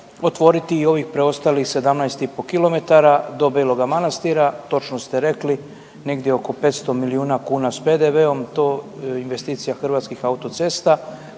otvoriti i ovih preostalih 17,5 kilometara do Beloga Manastira. Točno ste rekli negdje oko 500 milijuna kuna s PDV-om to investicija Hrvatskih autocesta